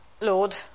Lord